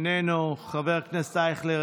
חבר הכנסת אשר,